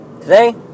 today